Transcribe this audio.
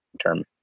term